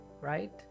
Right